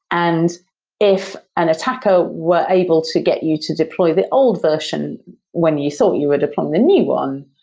and if an attacker were able to get you to deploy the old version when you thought you were deploying the new one,